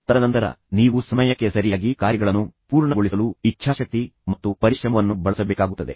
ತದನಂತರ ನೀವು ಸಮಯಕ್ಕೆ ಸರಿಯಾಗಿ ಕಾರ್ಯಗಳನ್ನು ಪೂರ್ಣಗೊಳಿಸಲು ಇಚ್ಛಾಶಕ್ತಿ ಮತ್ತು ಪರಿಶ್ರಮವನ್ನು ಬಳಸಬೇಕಾಗುತ್ತದೆ